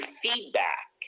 feedback